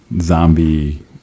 zombie